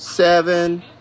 Seven